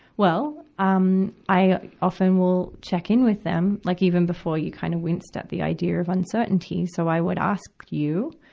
well, um, i often will check in with them, like even before you kind of winced at the idea of uncertainty. so i would ask you,